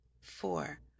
Four